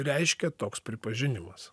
reiškė toks pripažinimas